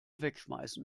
wegschmeißen